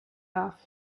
off